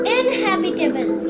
inhabitable